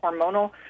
hormonal